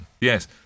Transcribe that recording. Yes